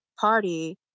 Party